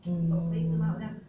mm